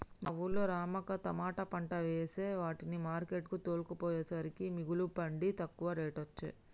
మా వూళ్ళో రమక్క తమాట పంట వేసే వాటిని మార్కెట్ కు తోల్కపోయేసరికే మిగుల పండి తక్కువ రేటొచ్చె